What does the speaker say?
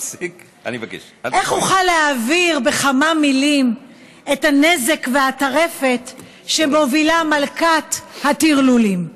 איך אוכל להעביר בכמה מילים את הנזק והטרפת שמובילה מלכת הטרלולים?